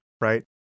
right